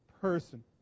person